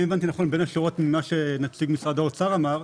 אם הבנתי נכון בין השורות ממה שנציג משרד האוצר אמר,